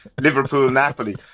Liverpool-Napoli